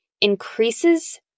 increases